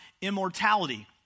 immortality